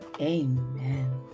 Amen